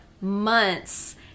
months